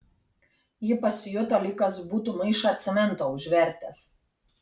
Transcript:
ji pasijuto lyg kas būtų maišą cemento užvertęs